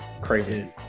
Crazy